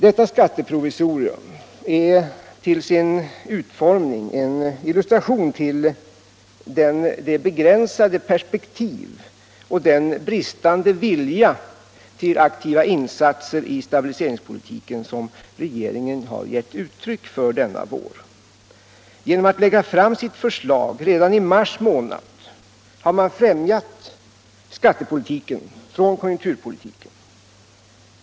Detta skatteprovisorium är till sin utformning en illustration till det begränsade perspektiv och den bristande viljan till aktiva insatser i stabiliseringspolitiken som regeringen givit uttryck för denna vår. Genom att lägga fram sitt förslag redan i mars månad har man fjärmat skattepolitiken från konjunkturpolitiken.